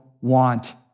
want